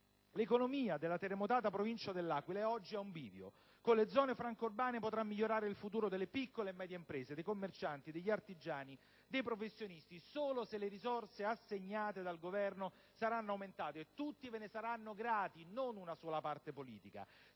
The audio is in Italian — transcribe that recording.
L'economia della terremotata provincia de L'Aquila è oggi ad un bivio. Con le zone franche urbane potrà migliorare il futuro delle piccole e medie imprese, dei commercianti, degli artigiani e dei professionisti, solo se le risorse assegnate dal Governo saranno aumentate. Tutti ve ne saranno grati, non una sola parte politica.